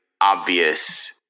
obvious